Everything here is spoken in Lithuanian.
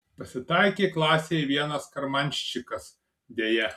pasitaikė klasėj vienas karmanščikas deja